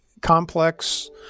complex